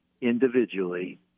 individually